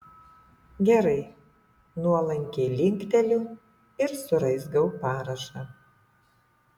gerai nuolankiai linkteliu ir suraizgau parašą